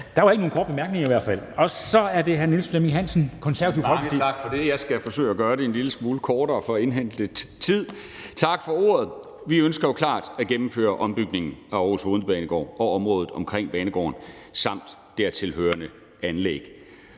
Flemming Hansen, Det Konservative Folkeparti. Kl. 10:50 (Ordfører) Niels Flemming Hansen (KF): Mange tak for det. Jeg skal forsøge at gøre det en lille smule kortere for at indhente lidt tid. Tak for ordet. Vi ønsker jo klart at gennemføre ombygningen af Aarhus Hovedbanegård og området omkring banegården samt dertilhørende anlæg.